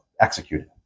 executed